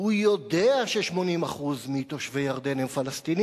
הוא יודע ש-80% מתושבי ירדן הם פלסטינים,